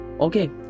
Okay